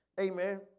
Amen